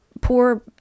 poor